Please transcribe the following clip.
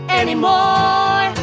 anymore